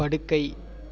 படுக்கை